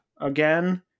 Again